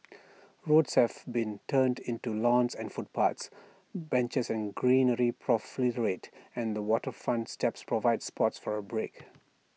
roads have been turned into lawns and footpaths benches and greenery and waterfront steps provide spots for A break